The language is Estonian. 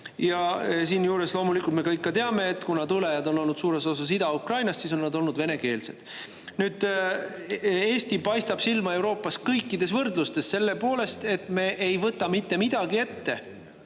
Ja siinjuures loomulikult me kõik teame, et kuna tulijad on olnud suures osas Ida-Ukrainast, siis on nad olnud venekeelsed. Nüüd, Eesti paistab silma Euroopas kõikides võrdlustes selle poolest, et me ei võta mitte midagi ette,